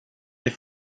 det